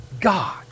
God